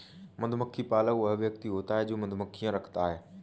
मधुमक्खी पालक वह व्यक्ति होता है जो मधुमक्खियां रखता है